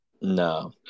No